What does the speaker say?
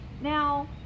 Now